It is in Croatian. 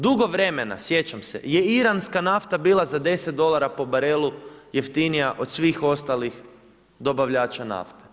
Dugo vremena sjećam se, je iranska nafta bila za 10 dolara po barelu jeftinija od svih ostalih dobavljača nafte.